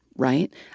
right